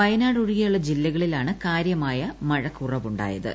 വയനാട് ഒഴികെയുളള ജില്ലകളിലാണ് കാര്യമായ മഴക്കുറവുണ്ടായത്